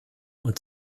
und